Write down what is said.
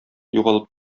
югалып